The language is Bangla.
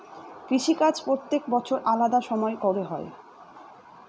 কৃষিকাজ প্রত্যেক বছর আলাদা সময় করে হয়